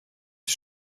die